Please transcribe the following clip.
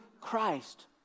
Christ